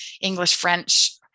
English-French